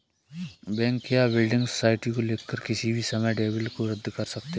bank या building society को लिखकर किसी भी समय डेबिट को रद्द कर सकते हैं